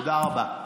תודה רבה.